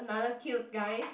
another cute guy